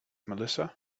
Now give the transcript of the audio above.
melissa